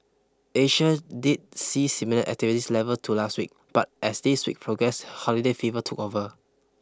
Asia did see similar activities levels to last week but as this week progressed holiday fever took over